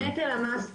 נטל המס מהתוצר,